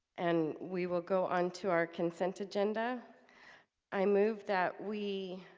and we will go on to our consent agenda i move that we